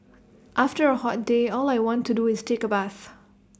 after A hot day all I want to do is take A bath